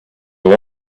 i’ve